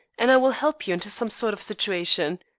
and i will help you into some sort of situation.